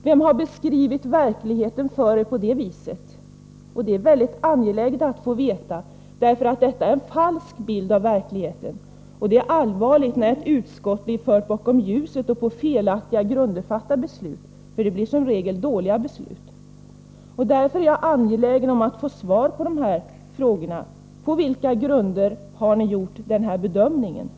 Det är mycket angeläget att få veta det, — Nr 131 därför att detta är en falsk bild av verkligheten, och det är allvarligt när ett utskott blir fört bakom ljuset och på felaktiga grunder fattar beslut — det blir NE som regel dåliga beslut. Därför är jag angelägen om att få svar på dessa Sprt frågor: På vilk nder har ni gjort denna bedömning?